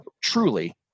Truly